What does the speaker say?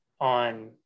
on